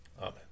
Amen